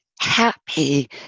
happy